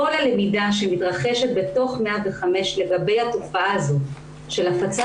יש את הלמידה שמתרחשת בתוך 105 לגבי התופעה הזאת של הפצת